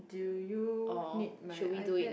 do you need my iPad